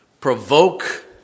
provoke